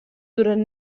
duren